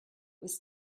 was